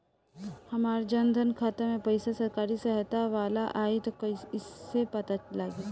हमार जन धन खाता मे पईसा सरकारी सहायता वाला आई त कइसे पता लागी?